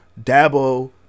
Dabo